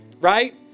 Right